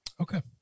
Okay